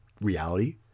reality